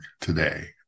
today